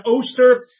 Oster